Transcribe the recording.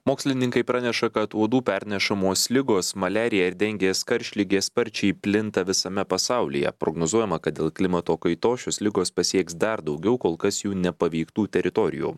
mokslininkai praneša kad uodų pernešamos ligos maliarija ir dengės karštligė sparčiai plinta visame pasaulyje prognozuojama kad dėl klimato kaitos šios ligos pasieks dar daugiau kol kas jų nepaveiktų teritorijų